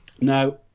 Now